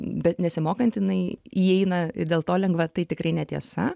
bet nesimokant jinai įeina ir dėl to lengva tai tikrai netiesa